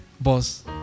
boss